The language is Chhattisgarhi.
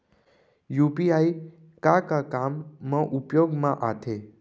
यू.पी.आई का का काम मा उपयोग मा आथे?